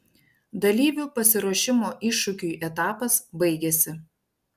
dalyvių pasiruošimo iššūkiui etapas baigiasi